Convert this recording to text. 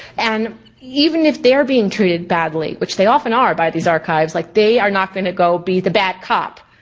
and even if they are being treated badly, which they often are by these archives. like they are not gonna go be the bad cop.